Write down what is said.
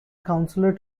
counselor